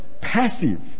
passive